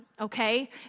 okay